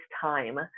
time